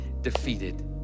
defeated